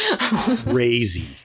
crazy